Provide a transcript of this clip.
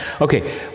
Okay